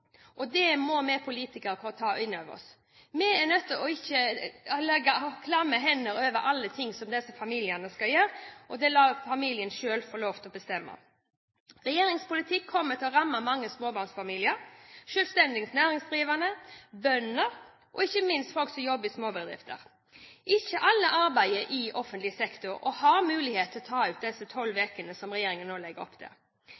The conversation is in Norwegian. og det må vi politikere ta inn over oss. Vi er ikke nødt til å legge klamme hender over alle ting som familiene skal gjøre. Det skal familiene selv få lov til å bestemme. Regjeringens politikk kommer til å ramme mange småbarnsfamilier, selvstendig næringsdrivende, bønder og ikke minst folk som jobber i småbedrifter. Ikke alle arbeider i offentlig sektor og har mulighet til å ta ut de tolv ukene som regjeringen nå legger opp til.